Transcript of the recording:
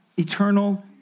Eternal